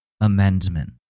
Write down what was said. amendment